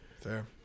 fair